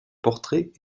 portraits